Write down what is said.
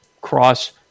cross